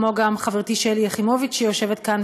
כמו חברתי שלי יחימוביץ שיושבת כאן,